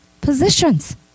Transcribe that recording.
positions